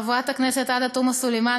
חברת הכנסת עאידה תומא סלימאן,